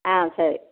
ಹಾಂ ಸರಿ